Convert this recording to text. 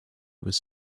was